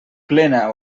plena